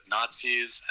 Nazis